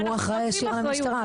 הוא אחראי ישיר על המשטרה.